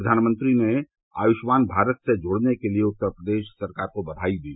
प्रधानमंत्री ने आयुष्मान भारत से जुड़ने के लिए उत्तर प्रदेश सरकार को बधाई दी